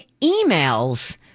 emails